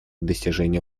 достижению